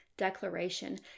Declaration